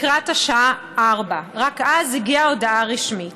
לקראת השעה 16:00. רק אז הגיעה ההודעה הרשמית.